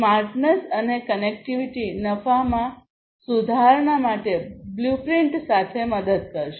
smartness અને connectivity નફામાં સુધારણા માટે બ્લુપ્રિન્ટ સાથે મદદ કરશે